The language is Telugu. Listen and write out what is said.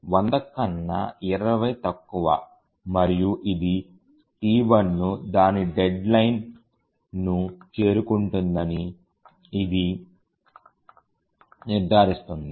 100 కన్నా 20 తక్కువ మరియు ఇది T1ను దాని డెడ్లైన్ను చేరుకుంటుందని ఇది నిర్ధారిస్తుంది